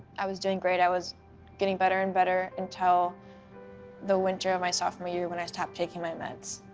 i was doing great. i was getting better and better until the winter of my sophomore year when i stopped taking my meds,